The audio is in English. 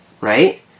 Right